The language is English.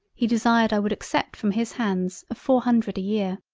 he desired i would accept from his hands of four hundred a year.